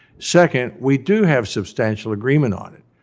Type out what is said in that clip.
second, we do have substantial agreement on it,